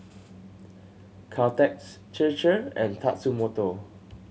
Caltex Chir Chir and Tatsumoto